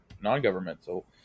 non-governmental